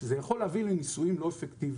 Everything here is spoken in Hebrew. שזה יכול להביא לניסויים לא אפקטיביים.